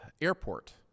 airport